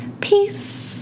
Peace